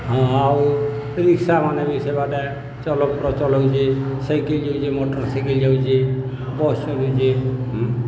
ହଁ ଆଉ ରିକ୍ସାମାନେ ବି ସେବାଟେ ଚଲ୍ପ୍ରଚଲ୍ ହଉଚେ ସାଇକେଲ୍ ଯାଉଚେ ମଟର୍ସାଇକେଲ୍ ଯାଉଚେ ବସ୍ ଯାଉଚେ